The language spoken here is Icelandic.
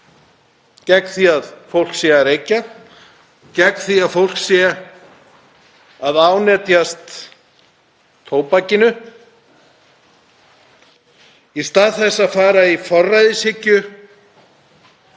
gegn því að fólk sé að reykja, gegn því að fólk sé að ánetjast tóbakinu í stað þess að fara í forræðishyggju